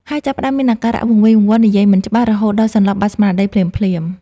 ហើយចាប់ផ្តើមមានអាការៈវង្វេងវង្វាន់ និយាយមិនច្បាស់ រហូតដល់សន្លប់បាត់ស្មារតីភ្លាមៗ។